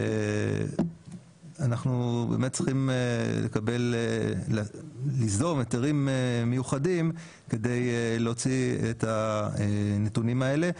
ואנחנו צריכים ליזום היתרים מיוחדים כדי להוציא את הנתונים האלה.